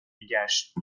میگشت